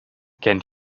kennt